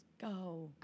go